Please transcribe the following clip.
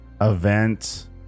event